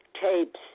tapes